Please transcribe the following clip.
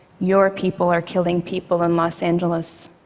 your people are killing people in los angeles.